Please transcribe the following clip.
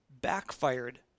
backfired